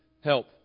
help